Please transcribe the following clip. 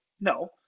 no